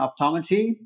optometry